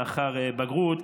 לאחר בגרות.